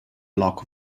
block